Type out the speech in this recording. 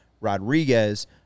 Rodriguez